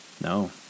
No